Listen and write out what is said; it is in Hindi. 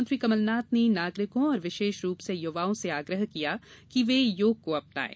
मुख्यमंत्री कमलनाथ ने नागरिकों और विशेष रूप से युवाओं से आग्रह किया है कि वे योग को अपनायें